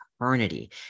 eternity